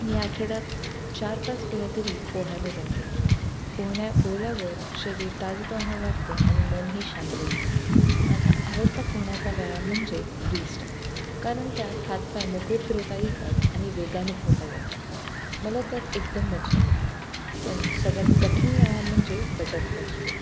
मी आठवड्यात चार पाच वेळा तरी पोहायला जाते पोहण्या पोहल्यावर शरीर ताजतवानं वाटतं आणि मनही शांत होतं माझा आवडता पोहण्याचा व्यायाम म्हणजे फ्री सटाईल कारण त्यात हातपाय मोकळे फिरवता येतात आणि वेगानी पोहता येतं मला त्यात एकदम मज्जा येते पण सगळ्यात कठीण व्यायाम म्हणजे बटरफ्लाय स्ट्रोक